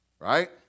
Right